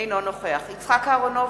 אינו נוכח יצחק אהרונוביץ,